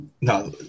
No